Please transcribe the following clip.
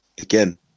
again